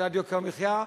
מדד יוקר המחיה,